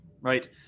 right